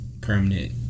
permanent